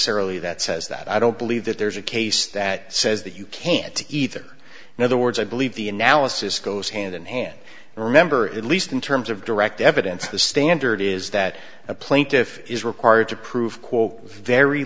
sara lee that says that i don't believe that there's a case that says that you can't either in other words i believe the analysis goes hand in hand and remember at least in terms of direct evidence the standard is that a plaintiff is required to prove quote very